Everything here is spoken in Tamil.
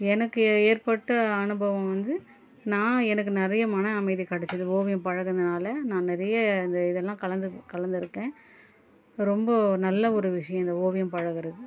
எனக்கு ஏ ஏற்பட்ட அனுபவம் வந்து நான் எனக்கு நிறைய மன அமைதி கிடச்சிது ஓவியம் பழகுனதுனால் நான் நிறைய அந்த இதெல்லாம் கலந்து கலந்துருக்கேன் ரொம்ப நல்ல ஒரு விஷயம் இந்த ஓவியம் பழகுறது